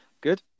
good